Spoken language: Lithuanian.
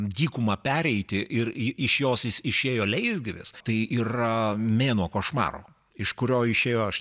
dykumą pereiti ir iš jos jis išėjo leisgyvis tai yra mėnuo košmaro iš kurio išėjo aš